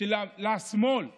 לשמאל הסהרורי,